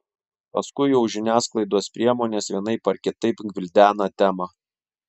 paskui jau žiniasklaidos priemonės vienaip ar kitaip gvildena temą